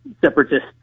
separatists